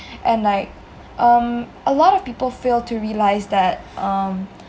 and like um a lot of people fail to realise that um